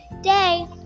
day